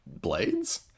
blades